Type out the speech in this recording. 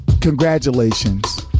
congratulations